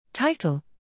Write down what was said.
Title